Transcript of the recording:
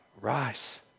rise